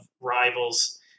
rivals